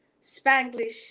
Spanglish